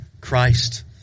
Christ